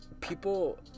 people